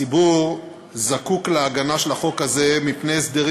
הציבור זקוק להגנה של החוק הזה מפני הסדרים